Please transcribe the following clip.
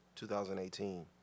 2018